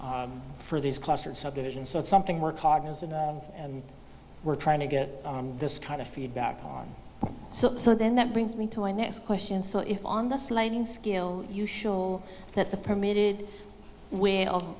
lot for this cluster subdivision so it's something we're cognizant and we're trying to get this kind of feedback on so then that brings me to my next question so if on the sliding scale you show that the permitted w